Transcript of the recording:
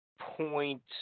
point